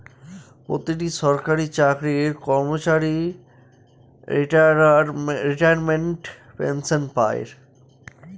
প্রতিটি সরকারি চাকরির কর্মচারী রিটায়ারমেন্ট পেনসন পাই